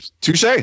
Touche